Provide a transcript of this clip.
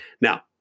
Now